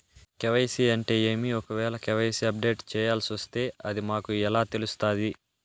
KYC అంటే ఏమి? ఒకవేల కె.వై.సి అప్డేట్ చేయాల్సొస్తే అది మాకు ఎలా తెలుస్తాది?